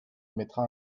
émettra